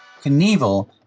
Knievel